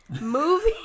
Movie